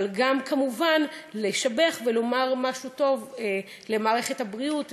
אבל גם כמובן לשבח ולומר משהו טוב על מערכת הבריאות,